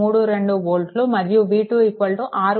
32 వోల్ట్లు మరియు v2 6